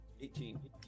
Eighteen